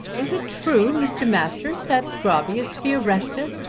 is it true, mr. masters, that scrobby is to be arrested?